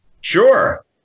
Sure